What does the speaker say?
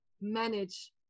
manage